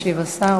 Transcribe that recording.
ישיב השר.